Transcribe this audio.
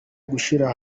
gushyira